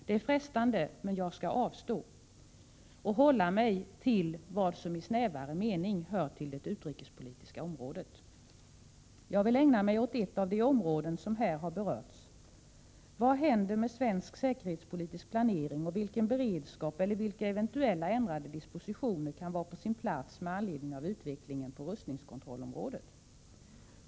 Det är frestande men jag skall avstå och hålla mig till vad som i snävare mening hör till det utrikespolitiska området. Jag vill ägna mig åt ett av de områden som här har berörts — vad händer med svensk säkerhetspolitisk planering och vilken beredskap eller vilka eventuella ändrade dispositioner som kan vara på sin plats med anledning av utvecklingen på rustningskontrollområdet.